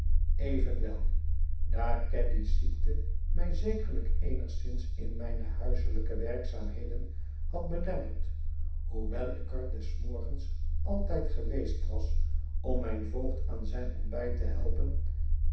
evenwel daar caddy's ziekte mij zekerlijk eenigszins in mijne huiselijke werkzaamheden had belemmerd hoewel ik er des morgens altijd geweest was om mijn voogd aan zijn ontbijt te helpen